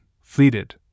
fleeted